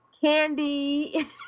candy